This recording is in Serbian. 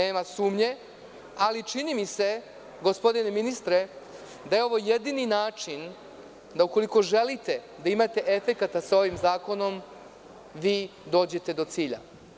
Ali, čini mi se, gospodine ministre, da je ovo jedini način da ukoliko želite da imate efekata sa ovim zakonom, vi dođete do cilja.